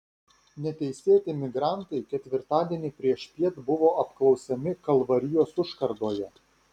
neteisėti migrantai ketvirtadienį priešpiet buvo apklausiami kalvarijos užkardoje